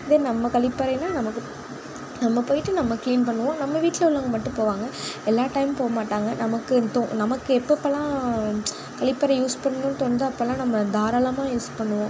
இதே நம்ம கழிப்பறைனா நமக்கு நம்ம போய்ட்டு நம்ம கிளீன் பண்ணுவோம் நம்ம வீட்டில உள்ளவங்க மட்டும் போவாங்க எல்லா டைமும் போகமாட்டாங்க நமக்கு தோ நமக்கு எப்பப்பல்லாம் கழிப்பறை யூஸ் பண்ணனும் தோணுதோ அப்பல்லாம் நம்ம தாராளமாக யூஸ் பண்ணுவோம்